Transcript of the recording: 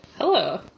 Hello